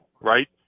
right